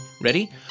Ready